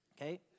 Okay